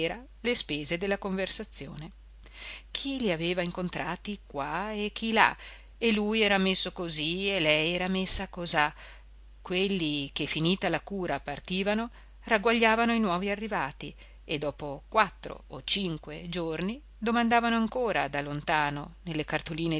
le spese della conversazione chi li aveva incontrati qua e chi là e lui era messo così e lei era messa cosà quelli che finita la cura partivano ragguagliavano i nuovi arrivati e dopo quattro o cinque giorni domandavano ancora da lontano nelle cartoline